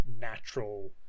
natural